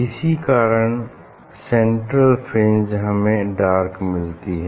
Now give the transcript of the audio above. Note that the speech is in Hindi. इसी कारण सेंट्रल फ्रिंज हमें डार्क मिलती है